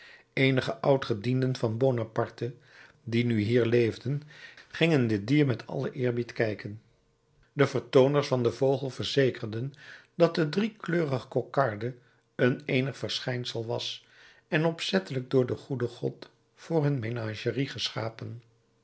eenige oud-gedienden van bonaparte die nu hier leefden gingen dit dier met allen eerbied kijken de vertooners van den vogel verzekerden dat de driekleurige kokarde een éénig verschijnsel was en opzettelijk door den goeden god voor hun menagerie geschapen